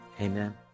amen